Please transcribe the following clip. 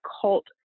cult